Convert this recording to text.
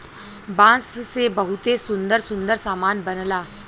बांस से बहुते सुंदर सुंदर सामान बनला